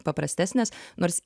paprastesnės nors